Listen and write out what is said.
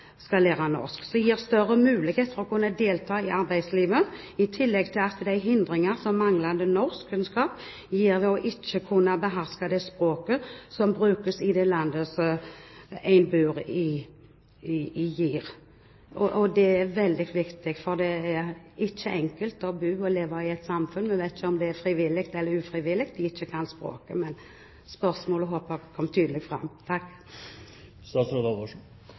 gir dem større mulighet til å kunne delta i arbeidslivet, i tillegg til å minske de hindringer som manglende norskkunnskap – det at en ikke behersker det språket som brukes i det landet en bor i – gir? Det er veldig viktig, for det er ikke enkelt å bo og leve i et samfunn. Vi vet ikke om det er frivillig eller ufrivillig det at de ikke kan språket. Jeg håper spørsmålet kom tydelig fram.